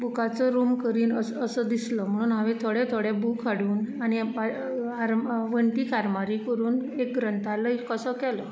बुकाचो room करीन असो दिसलो म्हणून हांवेन थोडे थोडे बूक हाडून आनी वणटीक आरमारी करून एक ग्रंथालय कसो केलो